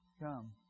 come